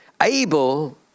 Abel